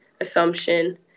Assumption